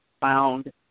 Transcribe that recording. found